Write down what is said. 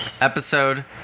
episode